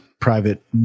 private